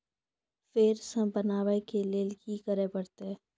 फेर सॅ बनबै के लेल की करे परतै?